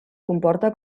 comporta